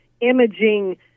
imaging